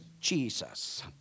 Jesus